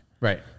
Right